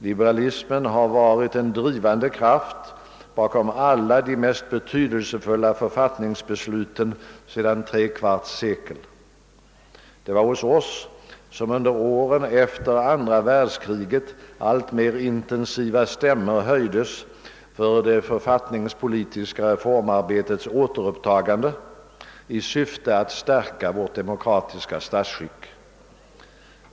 Liberalismen har varit en drivande kraft bakom alla de mest betydelsefulla författningsbesluten sedan tre kvarts sekel. Det var hos oss som under åren efter andra världskriget alltmer intensiva stämmor höjdes för det författningspolitiska reformarbetets återupptagande i syfte att stärka vårt demokratiska statsskick.